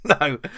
No